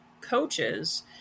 coaches